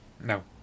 No